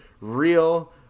real